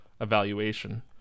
evaluation